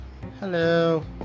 hello